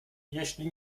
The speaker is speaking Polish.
jeżeli